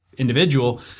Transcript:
individual